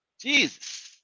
Jesus